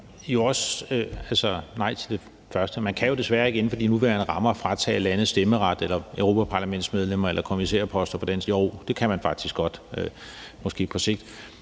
jeg også sige nej til det første; man kan jo desværre ikke inden for de nuværende rammer fratage lande stemmeret, europaparlamentsmedlemmer eller kommissærposter – jo, det kan man faktisk godt, måske på sigt,